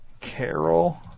Carol